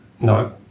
No